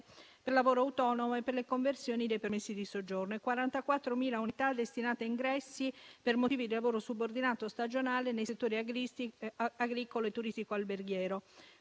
per lavoro autonomo e per le conversioni dei permessi di soggiorno, e 44.000 unità destinate a ingressi per motivi di lavoro subordinato stagionale nei settori agricolo e turistico-alberghiero.